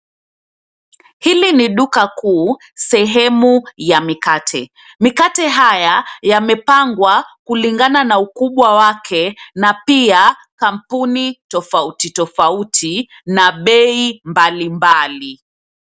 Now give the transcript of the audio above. Hili ni duka kuu sehemu ya mikate. Mikate haya yamepangwa kulingana na ukubwa wake na pia kampuni tofauti tofauti na bei mbalimbali.